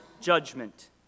judgment